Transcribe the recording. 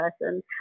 person